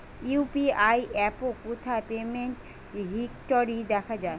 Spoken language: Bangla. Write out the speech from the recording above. ইউ.পি.আই অ্যাপে কোথায় পেমেন্ট হিস্টরি দেখা যায়?